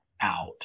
out